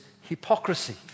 hypocrisy